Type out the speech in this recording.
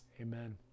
amen